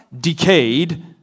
decayed